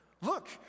Look